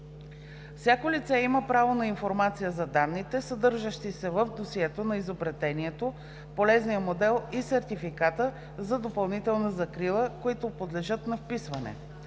Всяко лице има право на информация за данните, съдържащи се в досието на изобретението, полезния модел и сертификата за допълнителна закрила, които подлежат на вписване.